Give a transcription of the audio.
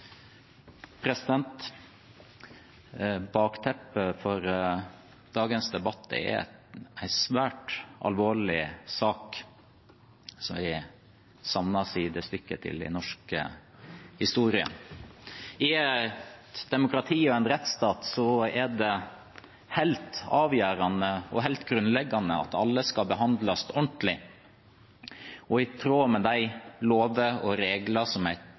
for dagens debatt er en svært alvorlig sak som savner sidestykke i norsk historie. I et demokrati og en rettsstat er det helt avgjørende og grunnleggende at alle skal behandles ordentlig og i tråd med de lover og regler som